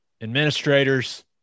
administrators